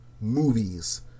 movies